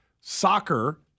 Soccer